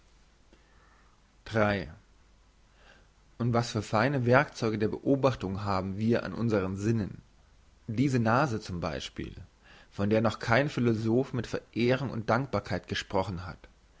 und was für feine werkzeuge der beobachtung haben wir an unsren sinnen diese nase zum beispiel von der noch kein philosoph mit verehrung und dankbarkeit gesprochen hat